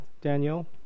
Daniel